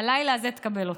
הלילה הזה תקבל אותו.